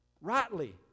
rightly